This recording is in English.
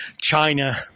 China